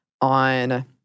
on